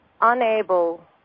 unable